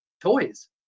toys